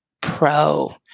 pro